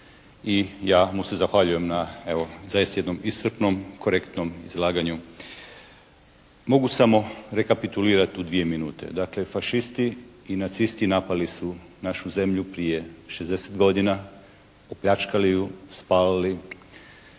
i ja mu se zahvaljujem na evo zaista jednom iscrpnom korektnom izlaganju. Mogu samo rekapitulirati u dvije minute. Dakle, fašisti i nacisti napali su našu zemlju prije 60 godina, opljačkali ju, spalili.